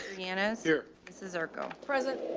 yanez here. mrs ziarko present.